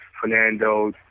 Fernando